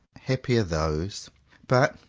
happy are those but,